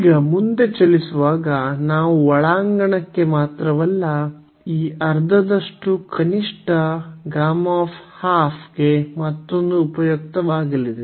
ಈಗ ಮುಂದೆ ಚಲಿಸುವಾಗ ನಾವು ಒಳಾಂಗಣಕ್ಕೆ ಮಾತ್ರವಲ್ಲ ಈ ಅರ್ಧದಷ್ಟು ಕನಿಷ್ಠ ಗೆ ಮತ್ತೊಮ್ಮೆ ಉಪಯುಕ್ತವಾಗಲಿದೆ